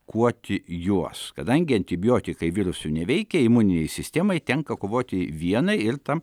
kuoti juos kadangi antibiotikai virusų neveikia imuninei sistemai tenka kovoti vienai ir tam